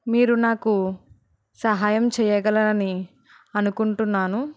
మీరు నాకు సహాయం చేయగలని అనుకుంటున్నాను